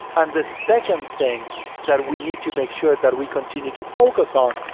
and the second thing that we need to make sure that we continue to focus on,